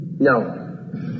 No